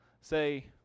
say